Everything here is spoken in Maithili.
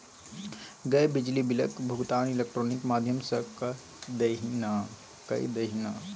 गै बिजली बिलक भुगतान इलेक्ट्रॉनिक माध्यम सँ कए दही ने